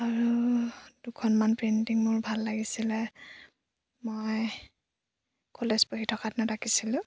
আৰু দুখনমান প্ৰেইণ্টিং মোৰ ভাল লাগিছিলে মই কলেজ পঢ়ি থকা দিনত আঁকিছিলোঁ